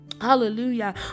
Hallelujah